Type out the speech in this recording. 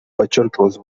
подчеркивалась